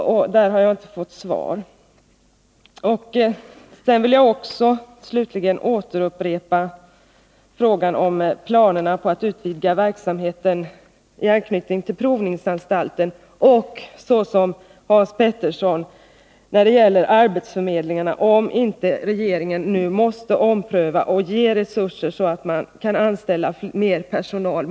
På den frågan har jag alltså inte fått något Svar. Slutligen vill jag upprepa frågan om planerna på att utvidga verksamheten i anknytning till provningsanstalten. Jag vill också, liksom Hans Petersson i Hallstahammar, fråga om regeringen inte måste göra en omprövning och ge arbetsförmedlingarna resurser för att anställa mer personal.